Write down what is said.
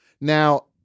Now